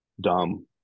dumb